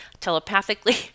telepathically